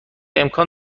امکان